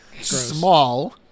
small